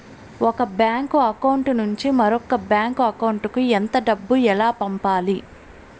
ఒక bank account నుంచి మరొక బ్యాంకు అకౌంట్ కు ఎంత డబ్బు ఎలా పంపాలి